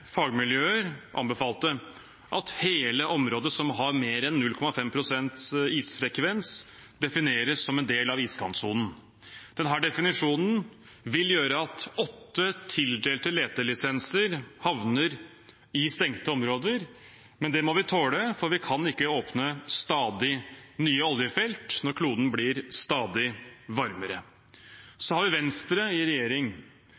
fagmiljøer anbefalte at hele området som har mer enn 0,5 pst. isfrekvens, defineres som en del av iskantsonen. Denne definisjonen vil gjøre at åtte tildelte letelisenser havner i stengte områder, men det må vi tåle, for vi kan ikke åpne stadig nye oljefelt når kloden blir stadig varmere. Så har vi Venstre i regjering.